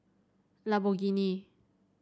Lamborghini